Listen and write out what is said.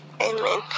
Amen